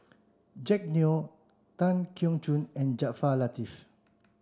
Jack Neo Tan Keong Choon and Jaafar Latiff